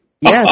Yes